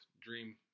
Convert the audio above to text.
dream